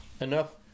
enough